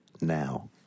now